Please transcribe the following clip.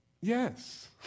yes